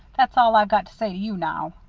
that's all i've got to say to you now.